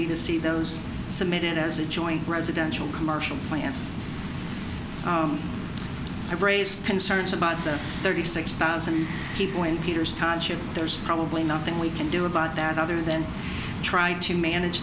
be to see those submitted as a joint residential commercial plant have raised concerns about the thirty six thousand people in peter's touchup there's probably nothing we can do about that other than try to manage